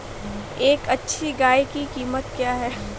एक अच्छी गाय की कीमत क्या है?